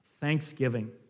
Thanksgiving